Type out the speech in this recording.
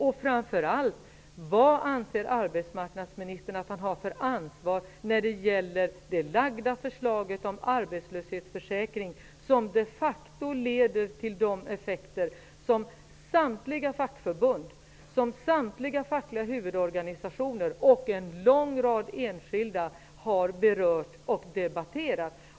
Och framför allt: Vad anser arbetsmarknadsministern att han har för ansvar när det gäller det framlagda förslaget om arbetslöshetsförsäkring, som de facto leder till de effekter som samtliga fackförbund, samtliga fackliga huvudorganisationer och en lång rad enskilda har berört och debatterat?